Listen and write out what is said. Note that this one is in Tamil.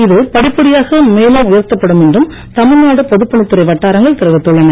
இது படிப்படியாக மேலும் உயர்த்தப்படும் என்றும் தமிழ்நாடு பொதுப் பணித்துறை வட்டாரங்கள் தெரிவித்துள்ளன